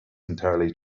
entirely